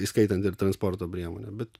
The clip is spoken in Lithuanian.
įskaitant ir transporto priemonę bet